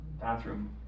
bathroom